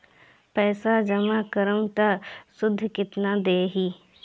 पैसा जमा करम त शुध कितना देही?